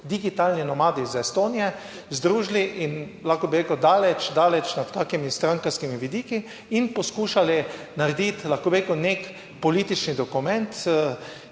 digitalni nomadi iz Estonije, združili in lahko bi rekel, daleč, daleč nad kakšnimi strankarskimi vidiki. In poskušali narediti, lahko bi rekel nek politični dokument,